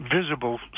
visible